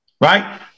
right